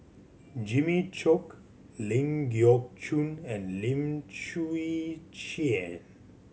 Jimmy Chok Ling Geok Choon and Lim Chwee Chian